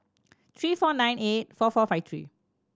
three four nine eight four four five three